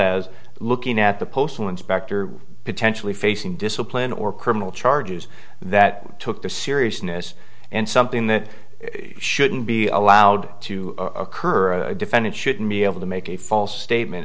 as looking at the postal inspector potentially facing discipline or criminal charges that took the seriousness and something that shouldn't be allowed to occur a defendant shouldn't be able to make a false statement